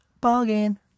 Bargain